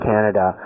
Canada